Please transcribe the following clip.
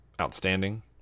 Outstanding